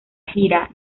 gira